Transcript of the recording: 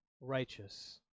righteous